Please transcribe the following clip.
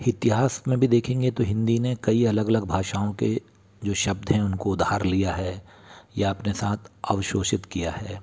इतिहास में भी देखेंगे तो हिन्दी ने कई अलग अलग भाषाओं के जो शब्द हैं उनको उधार लिया है या अपने साथ अवशोषित किया है